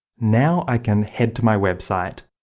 now i can head to my website,